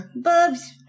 Bubs